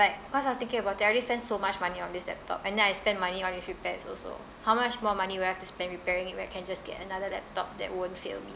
like because I was thinking about it I already spend so much money on this laptop and then I spend money on this repairs also how much more money will I have to spend repairing it where I can just get another laptop that won't fail me